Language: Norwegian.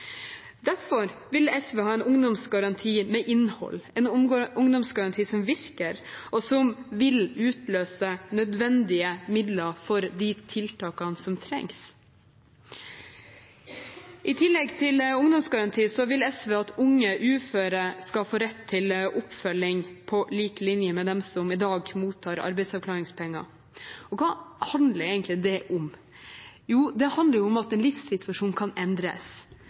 Derfor vil SV ha en ungdomsgaranti med innhold, en ungdomsgaranti som virker, og som vil utløse nødvendige midler for de tiltakene som trengs. I tillegg til ungdomsgarantien vil SV at unge uføre skal få rett til oppfølging på lik linje med dem som i dag mottar arbeidsavklaringspenger. Og hva handler egentlig det om? Jo, det handler om at livssituasjonen kan endre seg, og at en